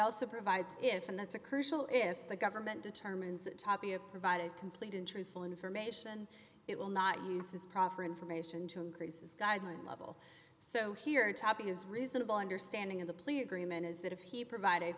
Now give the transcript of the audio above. also provides if and that's a crucial if the government determines that tapia provided complete and truthful information it will not use his proffer information to increase his guideline level so here a topic is reasonable understanding of the plea agreement is that if he provided